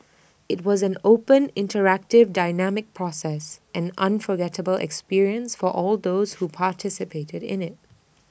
IT was an open interactive dynamic process an unforgettable experience for all those who participated in IT